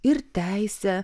ir teisę